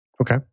Okay